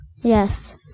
Yes